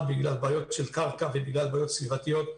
בגלל בעיות של קרקע ובגלל בעיות סביבתיות,